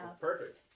perfect